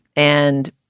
and,